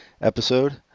episode